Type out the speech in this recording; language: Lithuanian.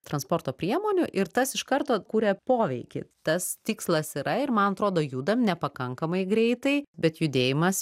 transporto priemonių ir tas iš karto kuria poveikį tas tikslas yra ir man atrodo judam nepakankamai greitai bet judėjimas